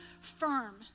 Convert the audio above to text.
firm